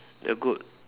a good